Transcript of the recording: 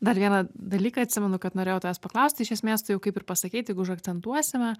dar vieną dalyką atsimenu kad norėjau tavęs paklausti iš esmės tu jau kaip ir pasakei tik užakcentuosime